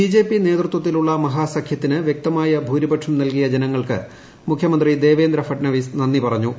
BJP നേതൃത്വത്തിലുള്ള മഹാസഖൃത്തിന് വൃക്തമായ ഭൂരിപക്ഷം നൽകിയ ജനങ്ങൾക്ക് മുഖൃമന്ത്രി ദേവേന്ദ്ര ഫഡ്നാവിസ് നന്ദി പറഞ്ഞു